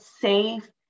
safe